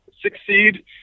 succeed